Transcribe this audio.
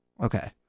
Okay